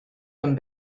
him